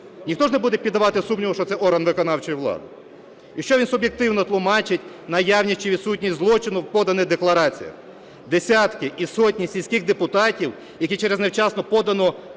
Ніхто ж не буде піддавати сумніву, що це орган виконавчої влади і що він суб'єктивно тлумачить наявність чи відсутність злочину у поданих деклараціях? Десятки і сотні сільських депутатів, які через невчасно подану